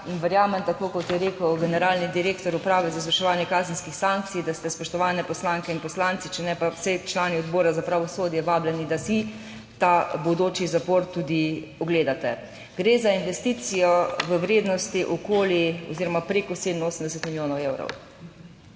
verjamem, tako kot je rekel generalni direktor Uprave za izvrševanje kazenskih sankcij, da ste spoštovane poslanke in poslanci, če ne pa vsaj člani Odbora za pravosodje vabljeni, da si ta bodoči zapor tudi ogledate. Gre za investicijo v vrednosti okoli oziroma preko 87 milijonov evrov.